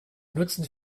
nutzen